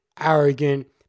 arrogant